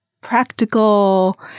practical